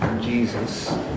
Jesus